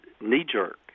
knee-jerk